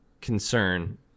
concern